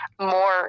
more